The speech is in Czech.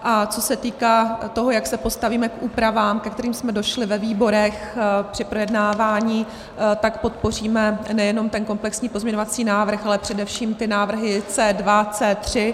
A co se týká toho, jak se postavíme k úpravám, ke kterým jsme došli ve výborech při projednávání, tak podpoříme nejenom ten komplexní pozměňovací návrh, ale především ty návrhy C2, C3.